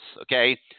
okay